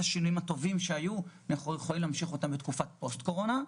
את אותם שינויים טובים גם לתקופה שאחרי הקורונה.